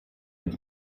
mit